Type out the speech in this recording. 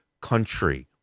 country